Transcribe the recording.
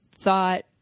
thought